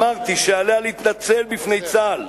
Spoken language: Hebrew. אמרתי שעליה להתנצל בפני צה"ל